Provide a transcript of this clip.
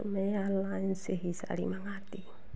तो मैं ऑललाइन से ही साड़ी मंगाती हूँ